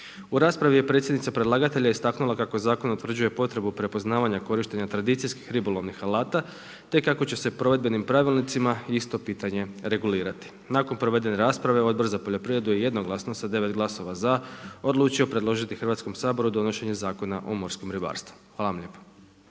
U raspravi je predsjednica predlagatelja istaknula kako zakon utvrđuje potrebu prepoznavanja korištenja tradicijskih ribolovnih alata, te kako će se provedbenim pravilnicima isto pitanje regulirati. Nakon provedene rasprave Odbor za poljoprivredu je jednoglasno sa 9 glasova za, odlučio predložiti Hrvatskom saboru donošenje Zakona o morskom ribarstvu. Hvala vam lijepo.